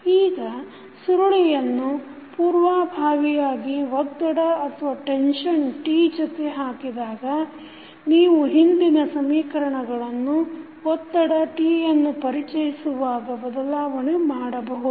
ಈಗ ಸುರುಳಿಯನ್ನು ಪೂರ್ವಭಾವಿಯಾಗಿ ಒತ್ತಡ tension T ಜೊತೆ ಹಾಕಿದರೆ ಆಗ ನೀವು ಹಿಂದಿನ ಸಮೀಕರಣಗಳನ್ನು ಒತ್ತಡ T ಯನ್ನು ಪರಿಚಯಿಸುವಾಗ ಬದಲಾವಣೆ ಮಾಡಬಹುದು